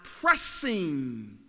pressing